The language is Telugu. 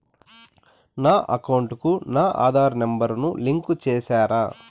నా అకౌంట్ కు నా ఆధార్ నెంబర్ ను లింకు చేసారా